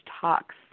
talks